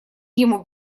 ему